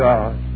God